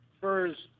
first